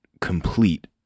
complete